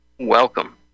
Welcome